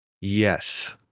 Yes